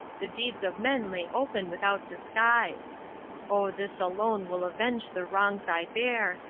the deeds of men lay open without disguise oh, this alone will avenge the wrongs i bear,